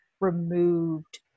removed